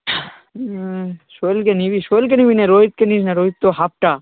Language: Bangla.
সোহেলকে নিবি সোহেলকে নিবি নে রোহিতকে নিস না রোহিত তো হাপটা